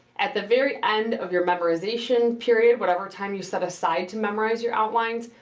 at the very end of your memorization period, whatever time you set aside to memorize your outlines,